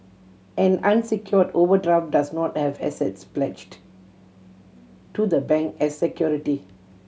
an unsecured overdraft does not have assets pledged to the bank as security